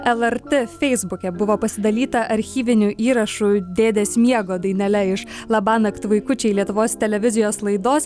lrt feisbuke buvo pasidalyta archyviniu įrašu dėdės miego dainele iš labanakt vaikučiai lietuvos televizijos laidos